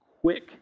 quick